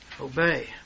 obey